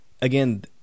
Again